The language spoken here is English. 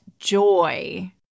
joy